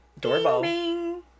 doorbell